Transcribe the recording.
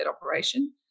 operation